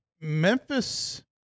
Memphis